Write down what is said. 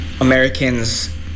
Americans